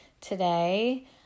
today